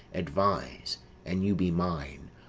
advise an you be mine,